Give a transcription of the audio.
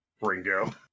Ringo